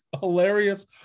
hilarious